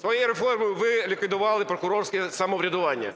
Своєю реформою ви ліквідували прокурорське самоврядування.